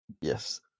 Yes